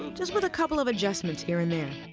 just with a couple of adjustments here and there.